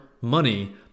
money